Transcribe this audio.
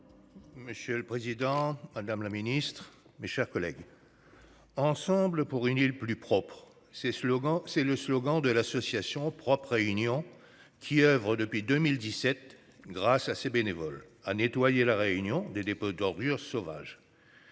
Monsieur le Président Madame la Ministre, mes chers collègues. Ensemble pour une ville plus propre ces slogans c'est le slogan de l'association propre réunion qui oeuvrent depuis 2017 grâce à ses bénévoles à nettoyer la réunion des dépôts d'ordures sauvages.